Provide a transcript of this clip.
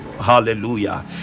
Hallelujah